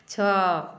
ଛଅ